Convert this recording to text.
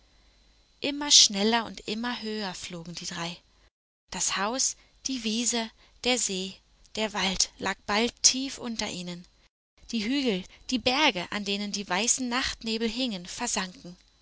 immer schneller und immer höher flogen die drei das haus die wiese der see der wald lag bald tief unter ihnen die hügel die berge an denen die weißen nachtnebel hingen versanken